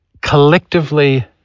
collectively